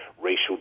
racial